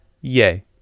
Yay